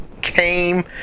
came